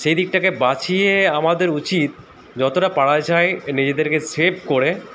সেই দিকটাকে বাঁচিয়ে আমাদের উচিত যতটা পাড়া যায় নিজেদেরকে সেভ করে